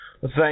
Thank